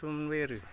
खस्थ' मोनबाय आरो दा